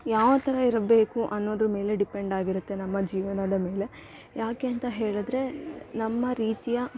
ಯಾವ ಥರ ಇರಬೇಕು ಅನ್ನೋದ್ರ ಮೇಲೆ ಡಿಪೆಂಡಾಗಿರುತ್ತೆ ನಮ್ಮ ಜೀವನದ ಮೇಲೆ ಯಾಕೆ ಅಂತ ಹೇಳಿದ್ರೆ ನಮ್ಮ ರೀತಿಯ